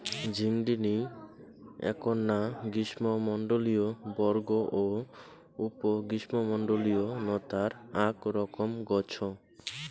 ঝিঙ্গিনী এ্যাকনা গ্রীষ্মমণ্ডলীয় বর্গ ও উপ গ্রীষ্মমণ্ডলীয় নতার আক রকম গছ